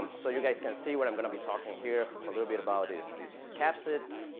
so you guys can see what i'm going to be talking here a little bit about is this capsen.